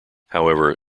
however